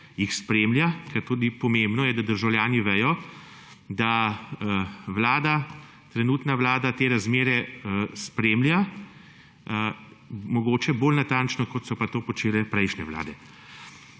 jih spremlja, ker tudi pomembno je, da državljani vejo, da Vlada, trenutna vlada, te razmere spremlja. Mogoče bolj natančno, kot so pa to počele prejšnje vlade.